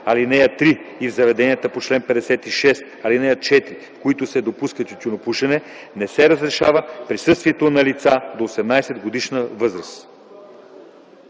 ал. 3 и в заведенията по чл. 56, ал. 4, в които се допуска тютюнопушене, не се разрешава присъствието на лица до 18-годишна възраст.”